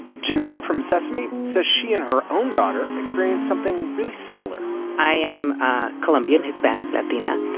jeanette from sesame says she and her own daughter experienced something really similar i am colombian, hispanic, latina.